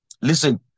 Listen